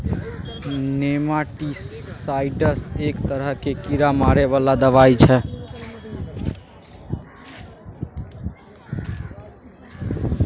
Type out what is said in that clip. nematicides एक तरहक कीड़ा मारै बला दबाई छै